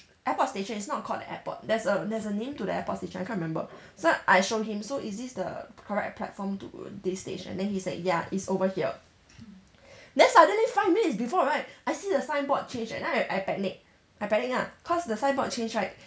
airport station is not called the airport there's a there's a name to the airport station I can't remember so I show him so is this the correct platform to this station then he's like ya it's over here then suddenly five minutes before right I see the signboard change eh then I I panic I panic ah cause the sign board change right